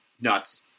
nuts